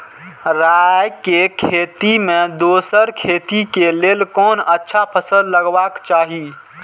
राय के खेती मे दोसर खेती के लेल कोन अच्छा फसल लगवाक चाहिँ?